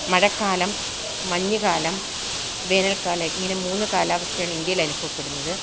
മഴക്കാലം മഞ്ഞുകാലം വേനൽക്കാലം ഇങ്ങനെ മൂന്ന് കാലാവസ്ഥയാണ് ഇന്ത്യയിൽ അനുഭവപ്പെടുന്നത്